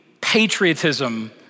patriotism